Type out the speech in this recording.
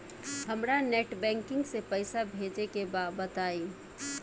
हमरा net banking से पईसा भेजे के बा बताई?